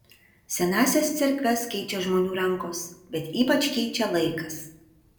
senąsias cerkves keičia žmonių rankos bet ypač keičia laikas